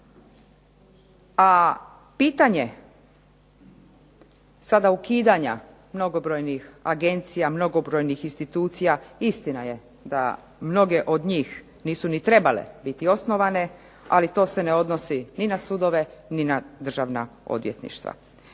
a pitanje sada ukidanja mnogobrojnih agencija, mnogobrojnih institucija, istina je da mnoge od njih nisu ni trebale biti osnovane, ali to se ne odnosi ni na sudove, ni na državna odvjetništva.